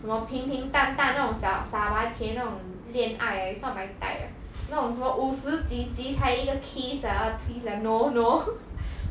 什么平平淡淡那种小傻白甜那种恋爱啊 is not my type uh 那种什么五十几集才一个 kiss ah please lah no no